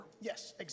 Yes